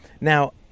Now